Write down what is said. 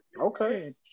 Okay